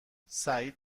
سعید